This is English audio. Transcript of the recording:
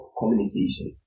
communication